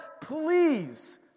please